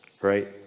Right